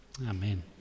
Amen